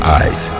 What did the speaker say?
eyes